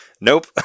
nope